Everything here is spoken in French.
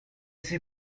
ses